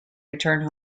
return